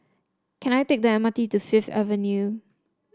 can I take the M R T to Fifth Avenue